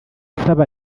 asaba